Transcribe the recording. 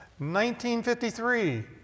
1953